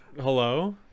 Hello